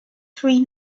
three